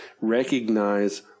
recognize